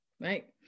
right